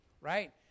right